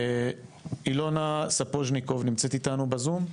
אילונה ספוזניקוב נמצאת איתנו בזום.